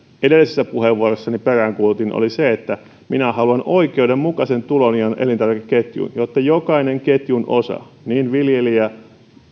edellisessä puheenvuorossani peräänkuulutin oli se että minä haluan oikeudenmukaisen tulonjaon elintarvikeketjuun jotta jokainen ketjun osa niin viljelijä